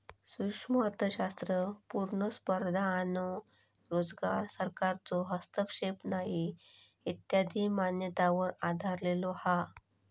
सूक्ष्म अर्थशास्त्र पुर्ण स्पर्धा आणो रोजगार, सरकारचो हस्तक्षेप नाही इत्यादी मान्यतांवर आधरलेलो हा